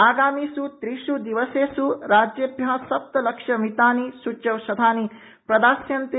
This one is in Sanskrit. आगामीष् स्त्रिष् स्दिवसेष् स्राज्येभ्यः सप्तदशलक्षमितानि सूच्यौषधानि संप्रदास्यन्ते